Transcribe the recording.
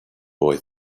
boy